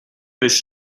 this